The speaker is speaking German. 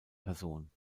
person